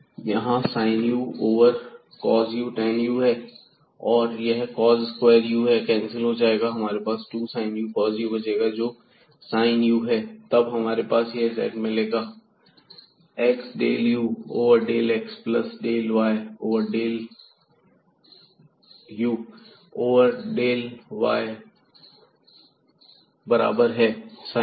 यहां sin u over cos u tan है और यह cos स्क्वेयर u है यह कैंसिल हो जाएगा और हमारे पास 2 sin u cos u बचेगा जोकि sin 2u है तब हमारे पास यह z मिलेगा x del u over del x plus y del u over del y बराबर है sin u